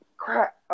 crap